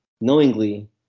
knowingly